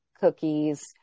cookies